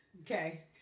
Okay